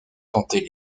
tenter